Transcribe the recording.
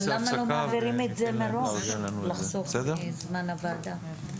למה לא מעבירים את זה מראש לחסוך זמן הוועדה?